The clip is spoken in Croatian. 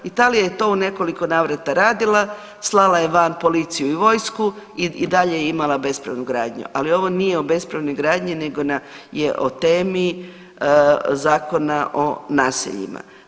Italija je to u nekoliko navrata radila, slala je van policiju i vojsku i dalje je imala bespravnu gradnju, ali ovo nije o bespravnoj gradnji nego je o temi Zakona o naseljima.